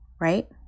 right